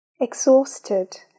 Exhausted